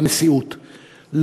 בנשיאות,